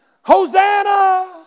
Hosanna